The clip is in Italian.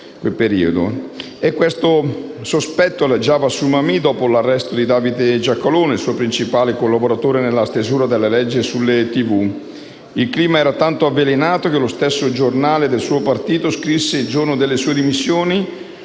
Questo sospetto aleggiava su Mammì dopo l'arresto di Davide Giacalone, suo principale collaboratore nella stesura della legge sulle televisioni. Il clima era tanto avvelenato che lo stesso giornale del suo partito scrisse il giorno delle sue dimissioni: